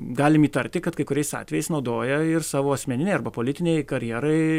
galim įtarti kad kai kuriais atvejais naudoja ir savo asmeninei arba politinei karjerai